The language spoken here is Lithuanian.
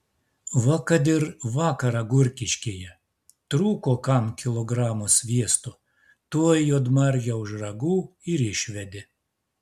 va kad ir vakar agurkiškėje trūko kam kilogramo sviesto tuoj juodmargę už ragų ir išvedė